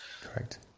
Correct